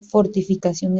fortificación